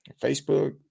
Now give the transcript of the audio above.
Facebook